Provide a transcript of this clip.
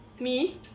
me